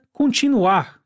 continuar